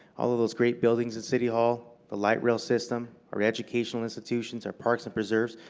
all of those great buildings at city hall, the light rail system, our educational institutions, our parks and preserves,